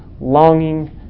longing